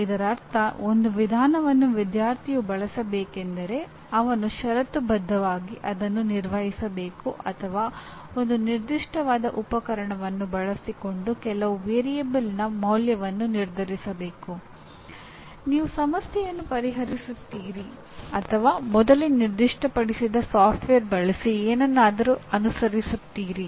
ಇದರರ್ಥ ಒಂದು ವಿಧಾನವನ್ನು ವಿದ್ಯಾರ್ಥಿಯು ಬಳಸಬೇಕೆಂದರೆ ಅವನು ಷರತ್ತು ಬದ್ಧವಾಗಿ ಅದನ್ನು ನಿರ್ವಹಿಸಬೇಕು ಅಥವಾ ಒಂದು ನಿರ್ದಿಷ್ಟವಾದ ಉಪಕರಣವನ್ನು ಬಳಸಿಕೊಂಡು ಕೆಲವು ಮಾರ್ಪುಕದ ಮೌಲ್ಯವನ್ನು ನಿರ್ಧರಿಸಬೇಕು ನೀವು ಸಮಸ್ಯೆಯನ್ನು ಪರಿಹರಿಸುತ್ತೀರಿ ಅಥವಾ ಮೊದಲೇ ನಿರ್ದಿಷ್ಟಪಡಿಸಿದ ಸಾಫ್ಟ್ವೇರ್ ಬಳಸಿ ಏನನ್ನಾದರೂ ಅನುಕರಿಸುತ್ತೀರಿ